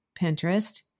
Pinterest